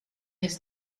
his